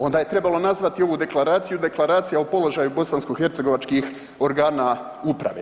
Onda je trebalo nazvati ovu deklaraciju Deklaracija o položaju bosanskohercegovačkih organa uprave.